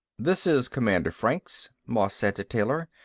this is commander franks, moss said to taylor.